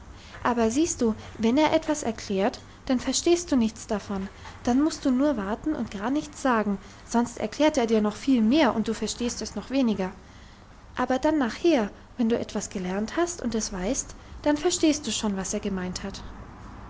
aber siehst du wenn er etwas erklärt dann verstehst du nichts davon dann musst du nur warten und gar nichts sagen sonst erklärt er dir noch viel mehr und du verstehst es noch weniger aber dann nachher wenn du etwas gelernt hast und es weißt dann verstehst du schon was er gemeint hat